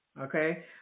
okay